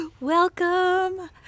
Welcome